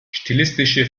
stilistische